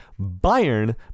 Bayern